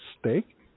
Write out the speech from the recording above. steak